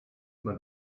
man